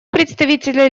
представителя